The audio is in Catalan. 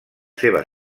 seva